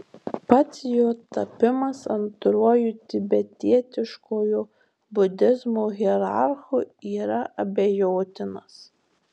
pats jo tapimas antruoju tibetietiškojo budizmo hierarchu yra abejotinas